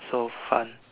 so fun